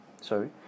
Sorry